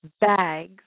bags